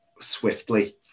swiftly